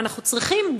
ואנחנו צריכים,